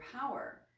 power